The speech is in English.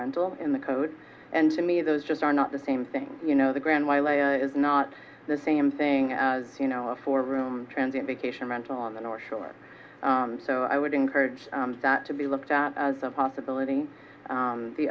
rental in the code and to me those just are not the same thing you know the grand is not the same thing as you know a four room transit be cation rental on the north shore so i would encourage that to be looked at as a possibility